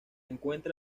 encuentra